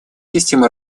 системы